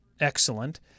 Excellent